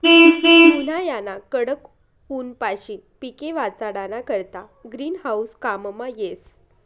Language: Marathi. उन्हायाना कडक ऊनपाशीन पिके वाचाडाना करता ग्रीन हाऊस काममा येस